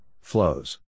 flows